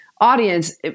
audience